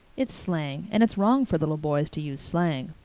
it's slang and it's wrong for little boys to use slang.